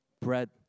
bread